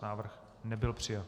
Návrh nebyl přijat.